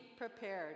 prepared